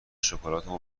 شکلاتمو